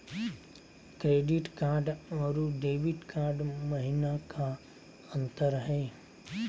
Credit card अरू debit card महिना का अंतर हई?